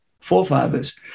forefathers